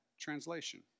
translation